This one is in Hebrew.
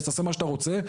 תעשה מה שאתה רוצה,